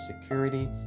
security